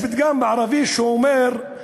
יש פתגם בערבית שאומר: